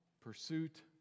pursuit